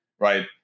Right